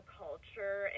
culture